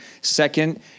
second